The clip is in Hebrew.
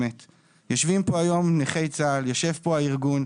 יושבים פה היום נכי צה"ל, יושב פה הארגון,